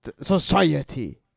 society